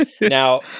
now